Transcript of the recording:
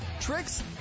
tricks